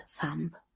thumb